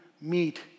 meet